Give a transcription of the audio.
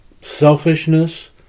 selfishness